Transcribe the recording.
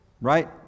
right